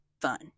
fun